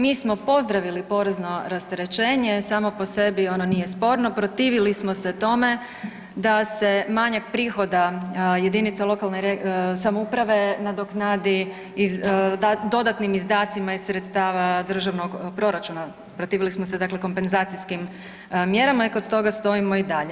Mi smo pozdravili porezno rasterećenje, samo po sebi ono nije sporno, protivi smo se tome da se manjak prihoda jedinice lokalne samouprave nadoknadi dodatnim izdacima iz sredstava državnog proračuna, protivili smo se dakle kompenzacijskim mjerama i kod toga stojimo i dalje.